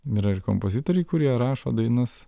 yra ir kompozitoriai kurie rašo dainas